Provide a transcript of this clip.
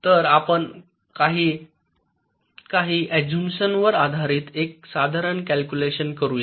तर आपण काही अझूमशन वर आधारित एक साधारण कॅलक्युलेशन करूया